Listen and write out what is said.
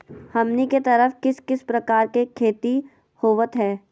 हमनी के तरफ किस किस प्रकार के खेती होवत है?